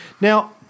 Now